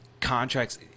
contracts